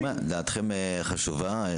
דעתכם חשובה.